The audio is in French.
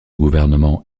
gouvernement